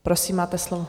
Prosím, máte slovo.